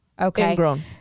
Okay